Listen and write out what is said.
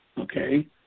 okay